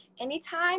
anytime